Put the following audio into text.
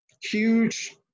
Huge